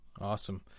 Awesome